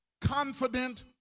confident